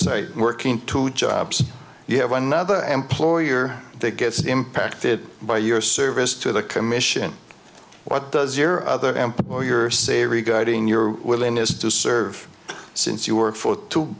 side working two jobs you have another employer that gets impacted by your service to the commission what does your other employer say regarding your willingness to serve since you were forth t